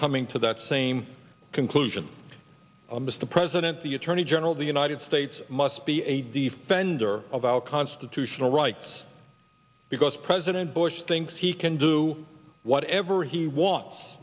coming to that same conclusion mr president the attorney general of the united states must be a defender of our constitutional rights because president bush thinks he can do whatever he wants